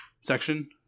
section